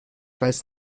weiß